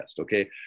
okay